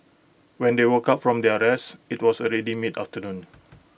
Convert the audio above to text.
when they woke up from their rest IT was already mid afternoon